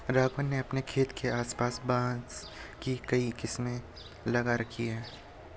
राघवन ने अपने खेत के आस पास बांस की कई किस्में लगा रखी हैं